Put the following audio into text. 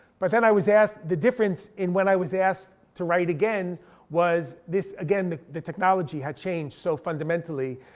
but then i was asked, the difference in when i was asked to write again was this, again, the the technology had changed so fundamentally.